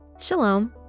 Shalom